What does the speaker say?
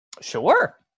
Sure